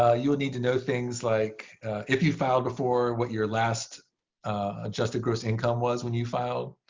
ah you will need to know things like if you filed before, what your last adjusted gross income was when you filed.